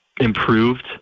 improved